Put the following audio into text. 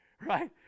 Right